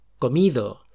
comido